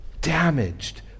damaged